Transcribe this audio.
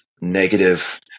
negative